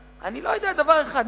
אני לא יודע דבר אחד,